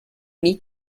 need